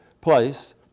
place